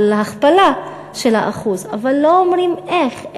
על הכפלה של האחוז, אבל לא אומרים איך.